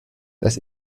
das